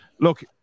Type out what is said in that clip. Look